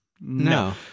No